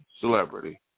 celebrity